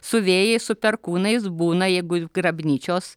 su vėjais su perkūnais būna jeigu grabnyčios